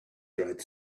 dried